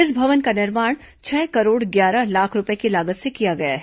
इस भवन का निर्माण छह करोड़ ग्यारह लाख रूपए की लागत से किया गया है